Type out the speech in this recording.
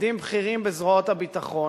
מפקדים בכירים בזרועות הביטחון,